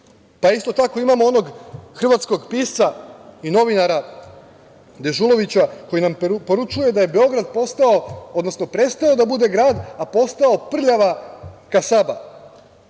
periodu. Isto tako, imamo onog hrvatskog pisca i novinara Dežulovića, koji nam poručuje da je Beograd prestao da bude grad a postao prljava kasaba,